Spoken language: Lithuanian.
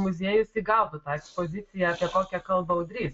muziejus įgautų tą ekspoziciją kokią kalba audrys